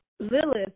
Lilith